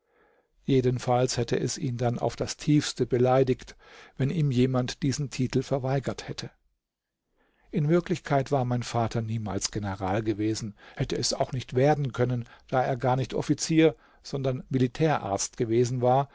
jedenfalls hätte es ihn dann auf das tiefste beleidigt wenn ihm jemand diesen titel verweigert hätte in wirklichkeit war mein vater niemals general gewesen hätte es auch nicht werden können da er gar nicht offizier sondern militärarzt gewesen war